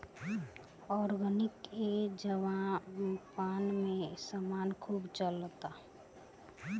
organic ए जबाना में समान खूब चलता